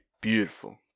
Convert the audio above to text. beautiful